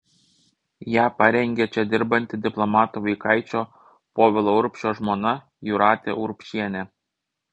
ją parengė čia dirbanti diplomato vaikaičio povilo urbšio žmona jūratė urbšienė